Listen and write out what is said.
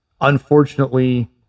Unfortunately